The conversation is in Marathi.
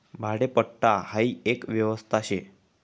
भाडेपट्टा हाई एक व्यवस्था शे